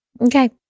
Okay